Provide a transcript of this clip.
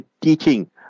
teaching